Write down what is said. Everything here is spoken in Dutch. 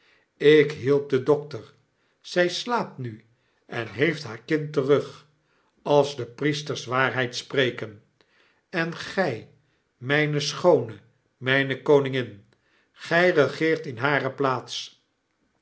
ik hielp den dokter zij slaapt nu en heeft haar kind terug als de priesters waarheid spreken en gg mgne schoone mijne koningin gij regeert in hare plaats